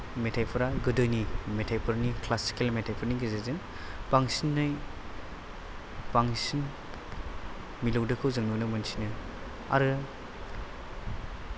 मेथाइफोरा गोदोनि मेथाइफोरनि ख्लासिकेल मेथाइफोरनि गेजेरजों बांसिनै बांसिन मिलौदोखौ जोङो नुनो मोनसिनो आरो